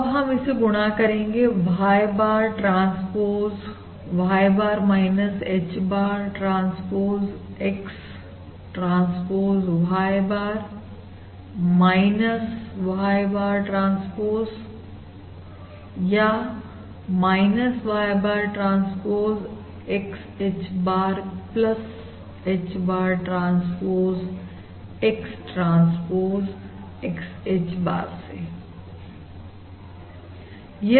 अब हम इसे गुणा करेंगे Y bar transpose Y bar H bar transpose X transpose Y bar Y bar transpose या Y bar transpose XH bar H bar transpose X transpose XH bar